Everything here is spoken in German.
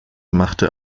machte